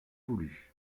voulu